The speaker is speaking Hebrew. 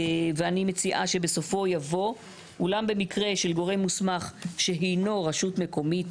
ואני מציעה שבסופו יבוא "אולם במקרה של גורם מוסמך שהינו רשות מקומית,